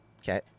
Okay